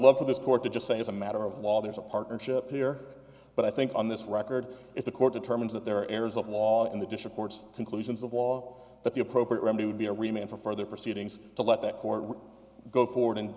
love for this court to just say as a matter of law there's a partnership here but i think on this record if the court determines that there are errors of law in the dish of courts conclusions of law that the appropriate remedy would be a remain for further proceedings to let that court go forward and